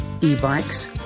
e-bikes